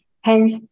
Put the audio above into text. hence